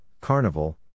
Carnival